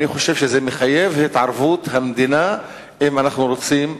אני חושב שזה מחייב התערבות של המדינה אם אנחנו רוצים,